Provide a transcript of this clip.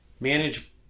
manage